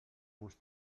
uns